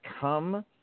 come